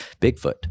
Bigfoot